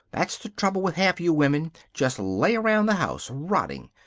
that's the trouble with half you women. just lay around the house, rotting.